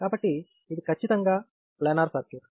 కాబట్టి ఇది ఖచ్చితంగా ప్లానర్ సర్క్యూట్